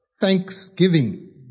thanksgiving